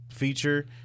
feature